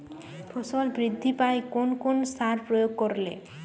ফসল বৃদ্ধি পায় কোন কোন সার প্রয়োগ করলে?